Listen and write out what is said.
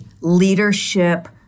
leadership